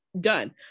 done